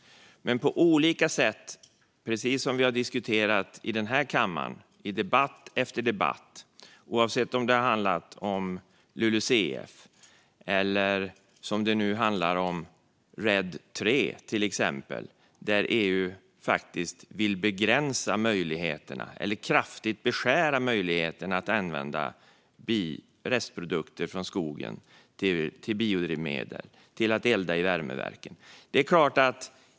Men detta är ju precis som det vi har sett i debatt efter debatt i denna kammare, oavsett om det har handlat om LULUCF eller, som nu, om RED III, där EU faktiskt vill begränsa eller kraftigt beskära möjligheterna att använda restprodukter från skogen till biodrivmedel och till att elda med i värmeverk.